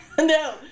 No